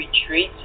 retreat